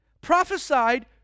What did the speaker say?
prophesied